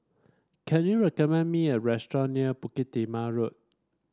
can you recommend me a restaurant near Bukit Timah Road